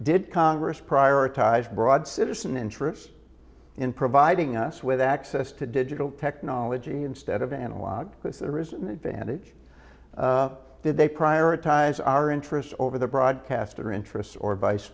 did congress prioritize broad citizen interest in providing us with access to digital technology instead of analog because there is an advantage did they prioritize our interest over the broadcaster interests or vice